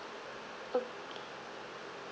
okay